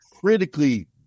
critically